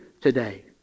today